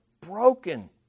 broken